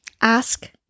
Ask